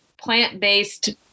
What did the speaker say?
plant-based